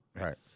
Right